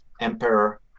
emperor